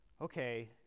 okay